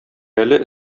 әле